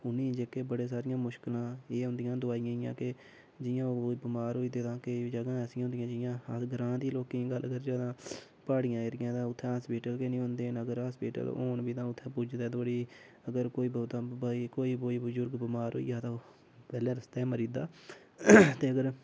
उ'नें गी जेह्के बड़ी सारी मुश्कलां एह् औंदियां दवाइयें दियां के जि'यां कोई बमार होई आ ते केईं जगहां ऐसियां होदियां जि'यां अस ग्रांऽ दी लोकें दी गल्ल करचै तां प्हाड़ियां एरिया तां उत्थै हास्पिटल गै नीं होंदे अगर हास्पिटल होन बी ते उत्थूं तगर पुज्जदे अगर कोई बहुत कोई कोई बजुर्ग बमार होई जा तां ओह् पैह्लें रस्ते च मरी जंदा ते अगर